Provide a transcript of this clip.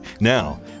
Now